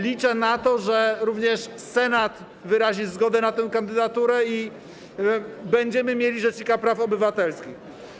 Liczę na to, że również Senat wyrazi zgodę na tę kandydaturę i będziemy mieli rzecznika praw obywatelskich.